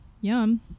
yum